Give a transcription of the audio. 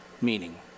meaning